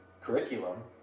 curriculum